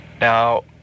Now